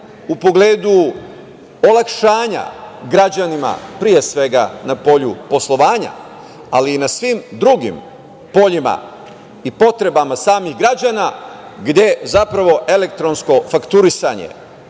u pogledu olakšanja građanima, pre svega na polju poslovanja, ali i na svim drugim poljima i potrebama samih građana, gde zapravo elektronsko fakturisanje